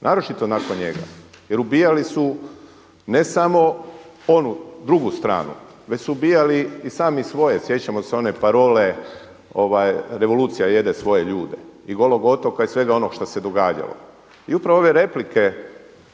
naročito nakon njega jer ubijali su ne samo onu drugu stranu već su ubijali i sami svoje. Sjećamo se one parole revolucija jede svoje ljude. I „Golog otoka“ i svega onog što se događalo. I upravo ove replike